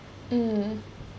mm